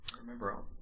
Remember